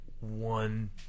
one